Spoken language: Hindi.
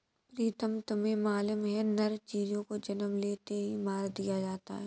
प्रीतम तुम्हें मालूम है नर चूजों को जन्म लेते ही मार दिया जाता है